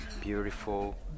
beautiful